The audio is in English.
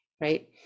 Right